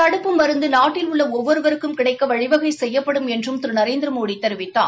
தடுப்பு மருந்து நாட்டில் உள்ள ஒவ்வொருவருக்கும் கிடைக்க வழிவகை செய்யப்படும் என்றும் திரு நரேந்திரமோடி தெரிவித்தார்